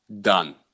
done